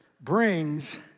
brings